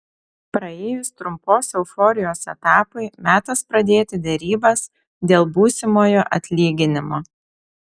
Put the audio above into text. praėjus trumpos euforijos etapui metas pradėti derybas dėl būsimojo atlyginimo